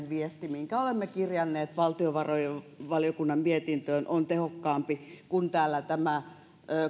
viesti minkä olemme kirjanneet valtiovarainvaliokunnan mietintöön on tehokkaampi kuin tämä